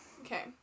Okay